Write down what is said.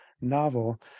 novel